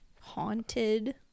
haunted